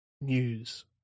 news